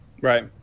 right